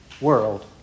world